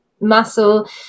muscle